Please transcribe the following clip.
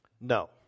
No